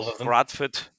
Bradford